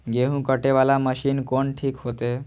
गेहूं कटे वाला मशीन कोन ठीक होते?